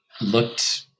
looked